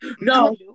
No